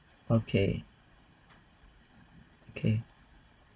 okay okay